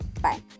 Bye